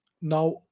Now